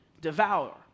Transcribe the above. devour